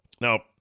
Now